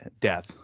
death